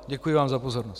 Děkuji vám za pozornost.